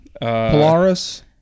Polaris